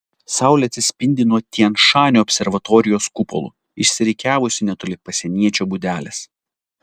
saulė atsispindi nuo tian šanio observatorijos kupolų išsirikiavusių netoli pasieniečio būdelės